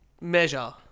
measure